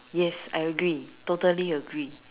yes I agree totally agree